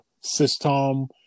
system